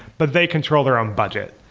but they control their own budget.